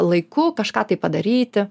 laiku kažką tai padaryti